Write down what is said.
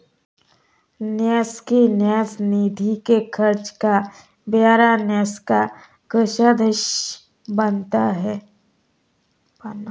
न्यास की न्यास निधि के खर्च का ब्यौरा न्यास का कोषाध्यक्ष बनाता है